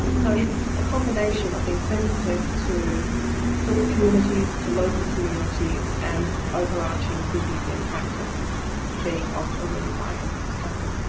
so it's a combination of being sensitive to source communities, to local communities and overarching good museum practice being of a really high ethical standard.